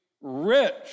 rich